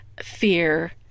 fear